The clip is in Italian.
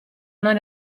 non